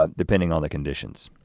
ah depending on the conditions.